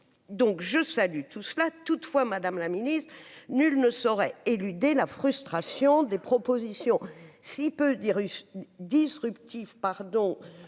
donc je salue tout cela toutefois, Madame la Ministre, nul ne saurait éluder la frustration des propositions si peu des disruptif